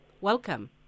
Welcome